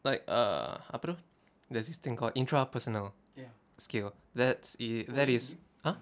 like err apa tu there's this thing called intrapersonal skill that's it that is !huh!